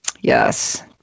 Yes